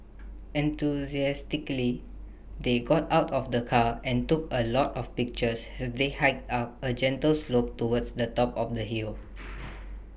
enthusiastically they got out of the car and took A lot of pictures as they hiked up A gentle slope towards the top of the hill